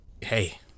Hey